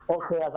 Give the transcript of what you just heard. שלום,